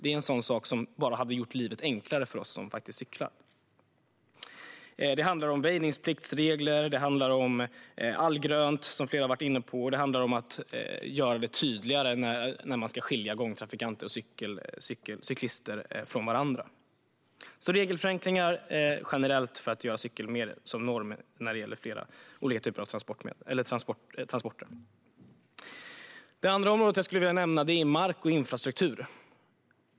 Det är en sådan sak som hade gjort livet enklare för oss som cyklar. Det handlar om väjningspliktsregler, allgrönt, som flera har varit inne på, och att göra det tydligare när man ska skilja gångtrafikanter och cyklister från varandra. Det handlar generellt om regeländringar för att göra cykel till norm för olika typer av transporter. Det andra området som jag vill nämna är mark och infrastruktur.